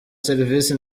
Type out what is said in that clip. serivisi